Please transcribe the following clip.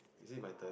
is it my turn